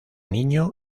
niño